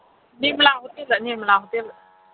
ꯅꯤꯔꯃꯂꯥ ꯍꯣꯇꯦꯜꯗ ꯅꯤꯔꯃꯂꯥ ꯍꯣꯇꯦꯜꯗ